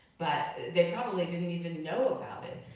but they probably didn't even know about it,